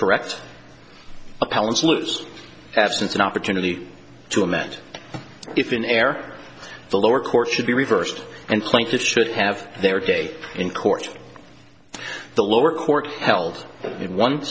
correct but palin's loose absence an opportunity to amend if in error the lower court should be reversed and claimed his should have their day in court the lower court held in one